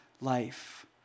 life